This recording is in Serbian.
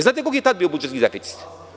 Znate koliki je tada bio budžetski deficit?